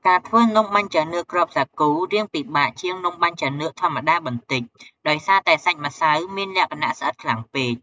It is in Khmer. ការធ្វើនំបាញ់ចានឿកគ្រាប់សាគូរាងពិបាកជាង នំបាញ់ចានឿកធម្មតាបន្តិច ដោយសារតែសាច់ម្សៅមានលក្ខណៈស្អិតខ្លាំងពេក។